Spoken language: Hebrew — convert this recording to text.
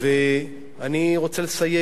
אני רוצה לסיים